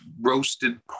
roasted